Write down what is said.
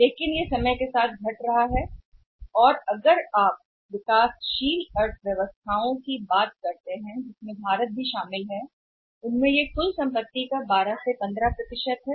लेकिन यह समय की अवधि में गिरावट आ रही है और यदि आप विकासशील अर्थव्यवस्थाओं के बारे में बात करते हैं भारत सहित इसमें कुल संपत्ति का लगभग 12 से 15 हिस्सा है